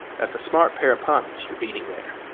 that's a smart pair of pumps you're beading there.